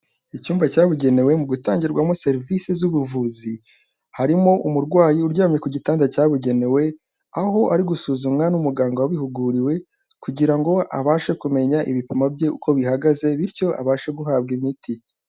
Icyumba cyabugenewe mu gutangirwamo serivisi z'ubuvuzi, harimo umurwayi uryamye ku gitanda cyabugenewe, aho ari gusuzumwa n'umuganga wabihuguriwe, kugira ngo abashe kumenya ibipimo bye uko bihagaze, bityo abashe guhabwa imiti.